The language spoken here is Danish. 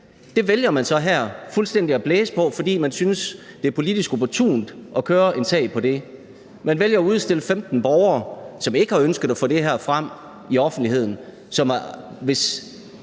Det vælger man så her fuldstændig at blæse på, fordi man synes, det er politisk opportunt at køre en sag på det. Man vælger at udstille 15 borgere, som ikke har ønsket at få det her frem i offentligheden.